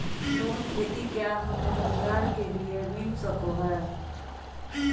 Loan खेती क्या हमें रोजगार के लिए मिलता सकता है?